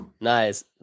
Nice